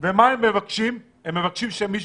צביקי, אני מבקשת ממך